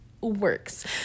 works